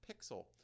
pixel